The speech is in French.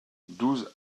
douze